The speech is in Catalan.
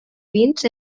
vins